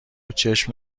چشم